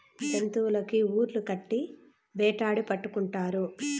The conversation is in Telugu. జంతులకి ఉర్లు కట్టి వేటాడి పట్టుకుంటారు